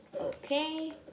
okay